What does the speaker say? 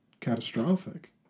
catastrophic